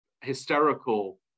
hysterical